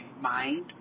mind